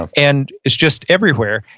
um and it's just everywhere.